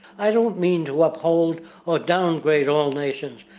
i don't mean to uphold or downgrade all nations,